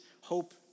hope